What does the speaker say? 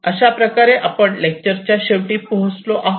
अशा प्रकारे आपण लेक्चरच्या शेवटी पोहोचलो आहोत